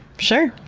sure!